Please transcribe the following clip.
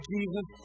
Jesus